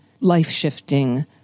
life-shifting